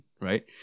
right